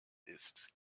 ist